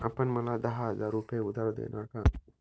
आपण मला दहा हजार रुपये उधार देणार का?